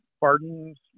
pardons